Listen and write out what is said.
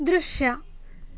ದೃಶ್ಯ